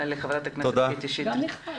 ח"כ קטי שטרית.